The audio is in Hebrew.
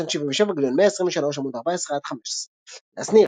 עתון 77, גל' 123, עמ' 14–15. לאה שניר.